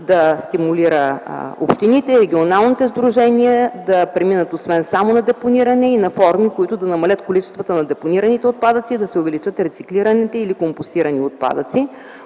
да стимулира общините, регионалните сдружения да преминат, освен само на депониране, и на други форми, които да намалят количествата на депонираните отпадъци, да се увеличат рециклираните или компостирани отпадъци.